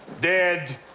dead